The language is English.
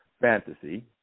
fantasy